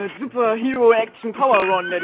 and super hero action power ron